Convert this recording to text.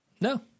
no